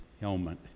helmet